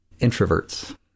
introverts